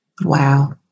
Wow